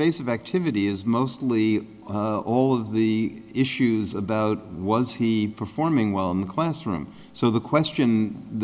vase of activity is mostly old the issues about once he performing well in the classroom so the question